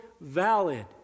valid